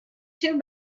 too